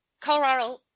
Colorado